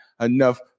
enough